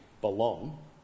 belong